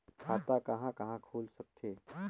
खाता कहा कहा खुल सकथे?